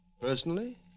Personally